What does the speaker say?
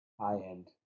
high-end